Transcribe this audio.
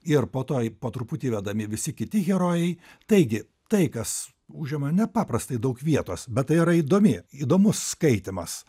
ir po to po truputį įvedami visi kiti herojai taigi tai kas užima nepaprastai daug vietos bet tai yra įdomi įdomus skaitymas